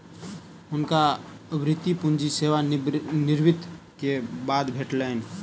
हुनका वृति पूंजी सेवा निवृति के बाद भेटलैन